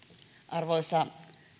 arvoisa